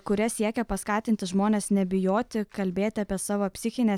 kuria siekia paskatinti žmones nebijoti kalbėti apie savo psichinę